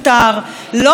לא איזה פעיל,